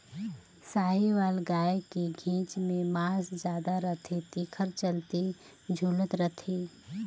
साहीवाल गाय के घेंच में मांस जादा रथे तेखर चलते झूलत रथे